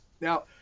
Now